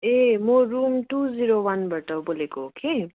ए म room two zero वानबाट बोलेको हो कि